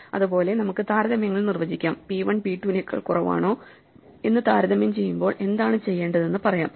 അതുപോലെ നമുക്ക് താരതമ്യങ്ങൾ നിർവചിക്കാം p 1 p 2 നെക്കാൾ കുറവാണോ എന്ന് താരതമ്യം ചെയ്യുമ്പോൾ എന്താണ് ചെയ്യേണ്ടതെന്ന് പറയാം